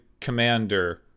commander